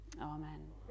Amen